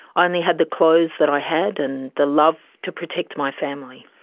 i only had the clothes that i had and the love to protect my family.